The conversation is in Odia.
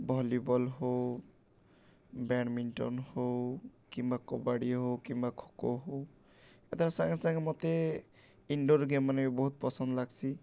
ଭଲିବଲ୍ ହଉ ବ୍ୟାଡ଼୍ମିଣ୍ଟନ୍ ହଉ କିମ୍ବା କବାଡ଼ି ହଉ କିମ୍ବା ଖୋଖୋ ହଉ ତାର୍ ସାଙ୍ଗେ ସାଙ୍ଗେ ମତେ ଇନ୍ଡୋର୍ ଗେମ୍ମାନେ ବି ବହୁତ୍ ପସନ୍ଦ୍ ଲାଗ୍ସି